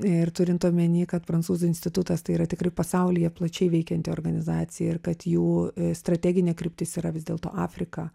ir turint omeny kad prancūzų institutas tai yra tikrai pasaulyje plačiai veikianti organizacija ir kad jų strateginė kryptis yra vis dėlto afrika